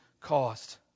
caused